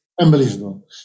Unbelievable